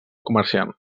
comerciant